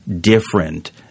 different